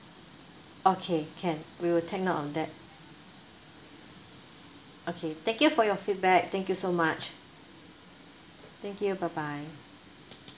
okay can we will take note of that okay thank you for your feedback thank you so much thank you bye bye